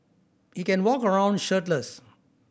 he can walk around shirtless